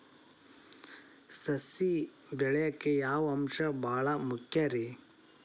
ಸಸಿ ಬೆಳೆಯಾಕ್ ಯಾವ ಅಂಶ ಭಾಳ ಮುಖ್ಯ ರೇ?